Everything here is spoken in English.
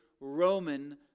Roman